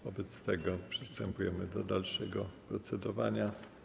Wobec tego przystępujemy do dalszego procedowania.